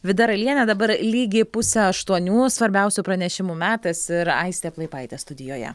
vida raliene dabar lygiai pusę aštuonių svarbiausių pranešimų metas ir aistė plaipaitė studijoje